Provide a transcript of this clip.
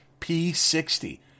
P60